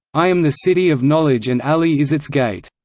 i am the city of knowledge and ali is its gate.